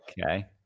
Okay